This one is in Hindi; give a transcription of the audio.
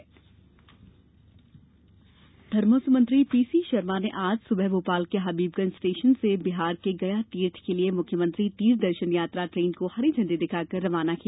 विशेष ट्रेन धार्मिक न्यास एवं धर्मस्व मंत्री पीसी शर्मा ने आज सुबह भोपाल के हबीबगंज स्टेशन से बिहार के गया तीर्थ के लिये मुख्यमन्त्री तीर्थ दर्शन यात्रा ट्रेन को हरी झंडी दिखाकर रवाना किया